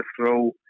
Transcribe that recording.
throw